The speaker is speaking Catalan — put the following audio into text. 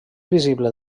visible